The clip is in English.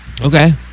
Okay